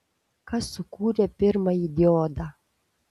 kas sukūrė pirmąjį diodą